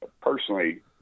Personally